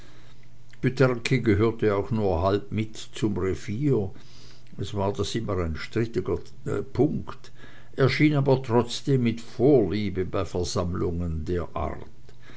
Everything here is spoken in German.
gehörte nur halb mit zum revier es war das immer ein streitiger punkt erschien aber trotzdem mit vorliebe bei versammlungen der art